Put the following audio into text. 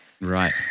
Right